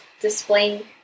displaying